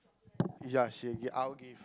ya she g~ I'll give